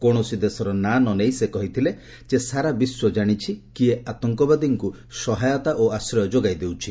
କୌଣସି ଦେଶର ନାଁ ନ ନେଇ ସେ କହିଥିଲେ ଯେ ସାରା ବିଶ୍ୱ ଜାଶିଛି କିଏ ଆତଙ୍କବାଦୀଙ୍କୁ ସହାୟତା ଓ ଆଶ୍ରୟ ଯୋଗାଇ ଦେଉଛି